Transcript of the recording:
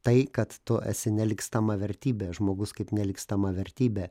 tai kad tu esi nelygstama vertybė žmogus kaip nelygstama vertybė